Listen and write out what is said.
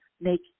make